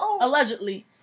Allegedly